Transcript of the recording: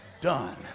done